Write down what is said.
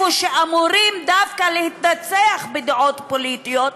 במקום שאמורים דווקא להתנצח בדעות פוליטיות,